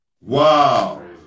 Wow